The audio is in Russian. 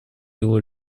его